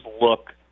look